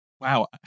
Wow